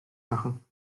lachen